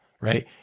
right